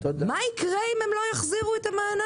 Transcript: מה יקרה אם הם לא יחזירו את המענק?